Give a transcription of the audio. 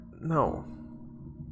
no